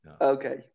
Okay